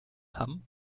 hamm